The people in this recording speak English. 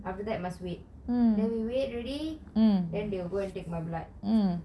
after that must wait then we wait already then they will go and take my blood